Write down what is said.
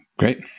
Great